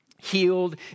healed